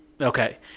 Okay